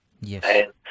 Yes